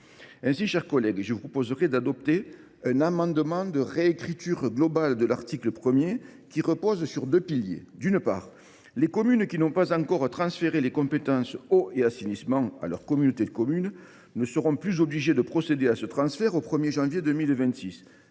Ainsi, mes chers collègues, je vous proposerai d’adopter un amendement de réécriture globale de l’article 1 qui repose sur deux piliers. D’une part, les communes qui n’ont pas encore transféré les compétences « eau » et « assainissement » à leur communauté de communes ne seront plus obligées de procéder à ce transfert au 1 janvier 2026.